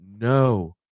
No